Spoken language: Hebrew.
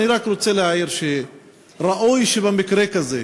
אני רק רוצה להעיר שראוי שבמקרה כזה,